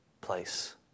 place